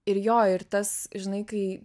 ir jo ir tas žinai kai